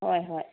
ꯍꯣꯏ ꯍꯣꯏ